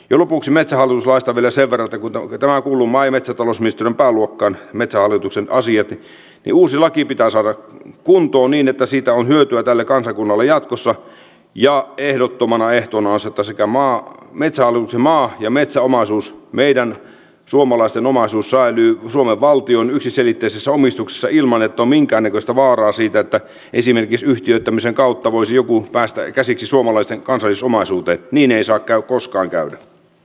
ja lopuksi metsään vasta yleisen varalta kunta vetoaa koulun mainetta tomas nyström pääluokkaan metsähallituksen asiat uusi laki pitää saada kuntoon niin että sitä on hyötyä tälle kansakunnalle jatkossa ja ehdottomana ehtona on sota sekä maa metsä ja maa ja metsäomaisuus meidän suomalaisten omaisuus säilyy suomen valtion yksiselitteisessä omistuksessa ilman nettominkäännäköistä vaaraa siitä että esimerkiksi yhtiöittämisen kautta voisi joku päästä käsiksi suomalaisten kansallisomaisuutta niin ei saa koskaan käy n